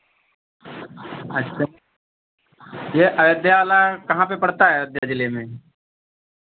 अच्छा ये अयोध्या वाला कहाँ पे पड़ता है अयोध्या जिले में